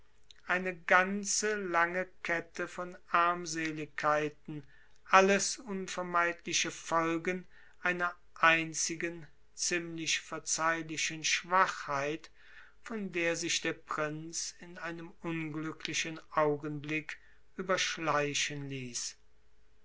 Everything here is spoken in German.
eine ganze lange kette von armseligkeiten alles unvermeidliche folgen einer einzigen ziemlich verzeihlichen schwachheit von der sich der prinz in einem unglücklichen augenblick überschleichen ließ